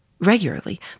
regularly